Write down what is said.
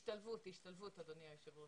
השתלבות, אדוני היושב ראש.